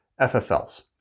FFLs